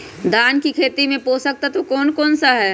धान की खेती में पोषक तत्व कौन कौन सा है?